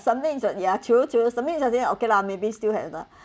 something inside ya true true something inside then I okay lah maybe still have lah